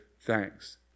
thanks